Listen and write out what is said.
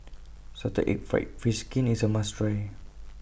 Salted Egg Fried Fish Skin IS A must Try